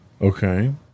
Okay